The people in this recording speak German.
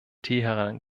teheran